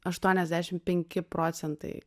aštuoniasdešim penki procentai